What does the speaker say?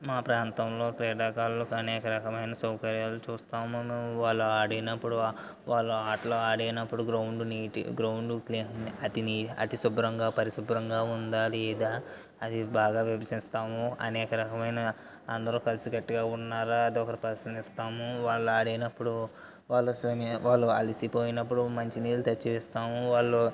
మా ప్రాంతంలో క్రీడాకారులకు అనేక రకమైన సౌకర్యాలు చూస్తాము వాళ్ళ ఆడినప్పుడు వాళ్ళు ఆటలు ఆడేటప్పుడు గ్రౌండ్ నీట్ గ్రౌండ్ క్లీన్ అతి నీ అతి శుభ్రంగా పరిశుభ్రంగా ఉందా లేదా అది బాగా విభజిస్తాము అనేక రకమైన అందరూ కలిసిగట్టుగా ఉన్నారా లేదా అని అదొకటి పరిశీలిస్తాము వాళ్ళ ఆడేటప్పుడు వాళ్ళు సే వాళ్ళు అలసిపోయినప్పుడు మంచి నీళ్ళు తెచ్చి ఇస్తాము వాళ్ళు